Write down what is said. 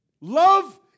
Love